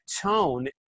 tone